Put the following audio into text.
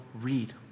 read